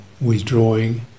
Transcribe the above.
withdrawing